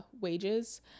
wages